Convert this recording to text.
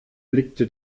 blickte